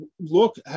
look